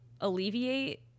alleviate